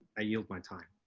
i yield my time.